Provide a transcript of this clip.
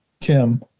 Tim